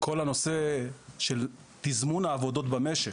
כל הנושא של תזמון העבודות במשק,